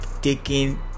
taking